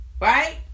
Right